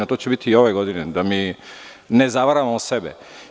To će biti i ove godine, da ne zavaramo sebe.